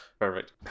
Perfect